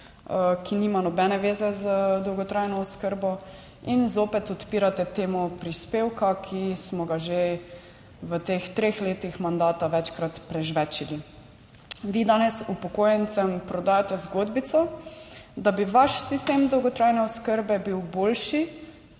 ki nima nobene veze z dolgotrajno oskrbo in zopet odpirate temo prispevka, ki smo ga že v teh treh letih mandata večkrat prežvečili. Vi danes upokojencem prodajate zgodbico, da bi vaš sistem dolgotrajne oskrbe bil boljši,